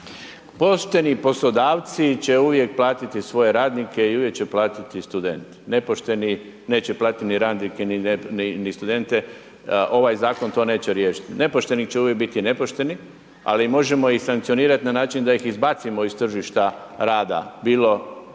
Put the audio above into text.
Pošteni poslodavci će uvijek platiti svoje radnike i uvijek će platiti studente. Nepošteni neće platiti ni radnike ni studente, ovaj zakon to neće riješiti. Nepošteni će uvijek biti nepošteni ali možemo ih sankcionirati na način da ih izbacimo iz tržišta rada bilo